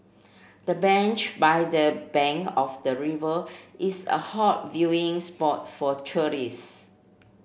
the bench by the bank of the river is a hot viewing spot for tourists